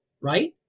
Right